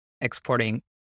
exporting